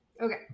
Okay